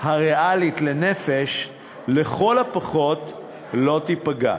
הריאלית לנפש לכל הפחות לא תיפגע.